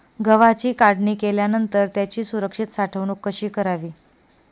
गव्हाची काढणी केल्यानंतर त्याची सुरक्षित साठवणूक कशी करावी?